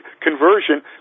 conversion